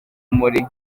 muri